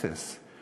אפס.